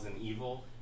evil